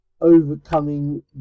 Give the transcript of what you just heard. Overcoming